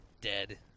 dead